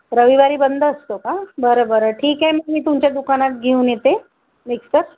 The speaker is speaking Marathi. रविवारी बंद असते का बरं बरं ठीक आहे मी मी तुमच्या दुकानात घेऊन येते मिक्सर